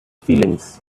feelings